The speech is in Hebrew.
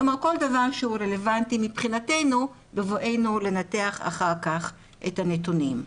כל דבר שהוא רלוונטי מבחינתנו בבואנו לנתח אחר כך את הנתונים.